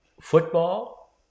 football